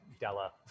Della